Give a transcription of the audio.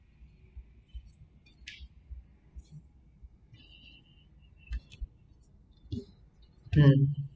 mm